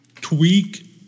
tweak